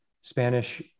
Spanish